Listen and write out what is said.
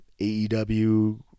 AEW